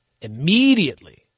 Immediately